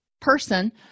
person